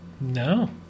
No